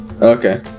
Okay